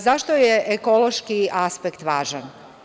Zašto je ekološki aspekt važan?